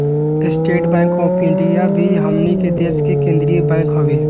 estate bank of India भी हमनी के देश के केंद्रीय बैंक हवे